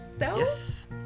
Yes